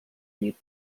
llit